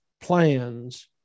plans